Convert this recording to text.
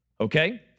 Okay